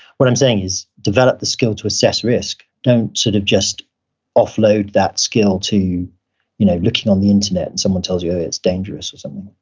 what i'm saying is, develop the skill to assess risk, don't sort of just offload that skill to you know looking on the internet and someone tells you, oh, it's dangerous, or something.